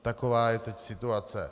Taková je teď situace.